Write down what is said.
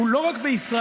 הוא לא רק בישראל,